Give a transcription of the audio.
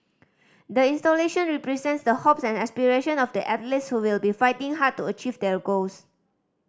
the installation represents the hopes and aspiration of the athletes who will be fighting hard to achieve their goals